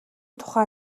тухай